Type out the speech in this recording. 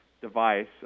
device